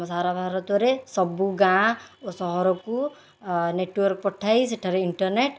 ସାରା ଭାରତରେ ସବୁ ଗାଁଓ ସହରକୁ ନେଟୱାର୍କ ପଠାଇ ସେଠାରେ ଇଣ୍ଟର୍ନେଟ